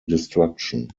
destruction